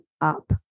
up